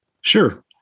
Sure